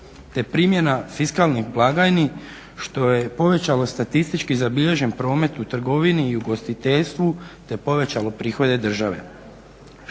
te primjena fiskalnih blagajni što je povećalo statistički zabilježen promet u trgovini i ugostiteljstvu te povećalo prihode države.